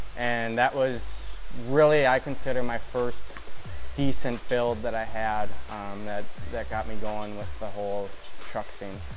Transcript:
and that was, really, i consider my first decent build that i had that that got me going with the whole truck thing.